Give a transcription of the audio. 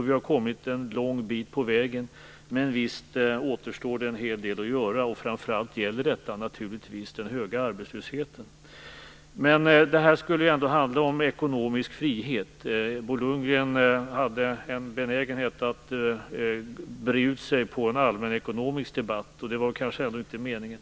Vi har kommit en lång bit på väg. Men visst återstår det en hel del att göra, och framför allt gäller det naturligtvis den höga arbetslösheten. Men det här skulle handla om ekonomisk frihet. Bo Lundgren hade en benägenhet att breda ut sig i en allmänekonomisk debatt, och det var kanske inte meningen.